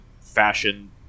fashion